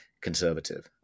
conservative